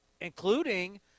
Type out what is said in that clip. including